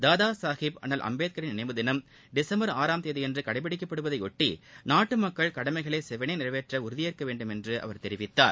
பாபாசாஹேப் அண்ணல் அம்பேத்கரின் நினைவு தினம் டிசம்பர் ஆறாம் தேதியன்றுகடைபிடிக்கப் படுவதையாட்டி நாட்டுமக்கள் கடமைகளைசெவ்வனேநிறைவேற்றஉறுதியேற்கவேண்டும் என்றுஅவர் தெரிவித்தார்